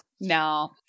No